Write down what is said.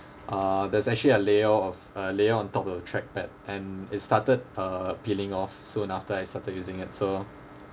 uh there's actually a layer of a layer on top of the trackpad and it started uh peeling off soon after I started using it so